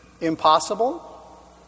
Impossible